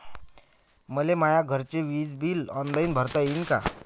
मले माया घरचे विज बिल ऑनलाईन भरता येईन का?